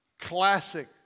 classic